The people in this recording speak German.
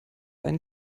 einen